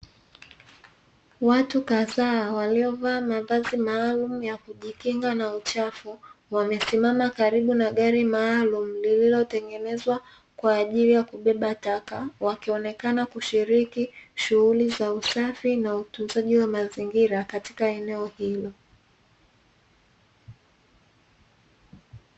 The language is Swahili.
Watu khadhaa waliovaa mavazi maalumu kwaajili ya kujikinga na uchafu, wamesimama karibu na gari maalumu lililotengenezwa kwaajili ya kubeba taka, watu wakionekana kushiriki shughuli za usafi na utunzaji wa mazingira katika eneo hilo.